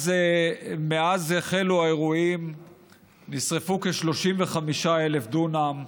מאז החלו האירועים נשרפו כ-35,000 דונם.